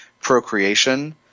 procreation